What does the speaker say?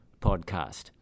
podcast